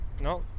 no